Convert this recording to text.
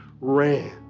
ran